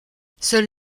seule